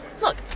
Look